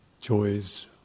joys